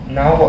now